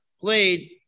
played